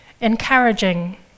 encouraging